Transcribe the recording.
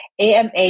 AMA